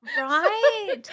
Right